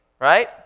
right